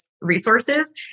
resources